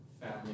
family